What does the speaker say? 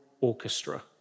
orchestra